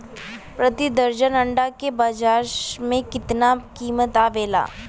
प्रति दर्जन अंडा के बाजार मे कितना कीमत आवेला?